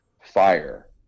fire